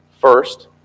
First